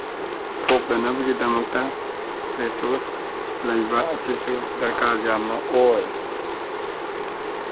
ꯊꯣꯛꯇꯅꯕꯒꯤꯗꯃꯛꯇ ꯔꯤꯁꯣꯁ ꯂꯩꯕ ꯑꯁꯤꯁꯨ ꯗ꯭ꯔꯀꯥꯔ ꯌꯥꯝꯅ ꯑꯣꯏ